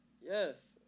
Yes